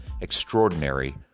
extraordinary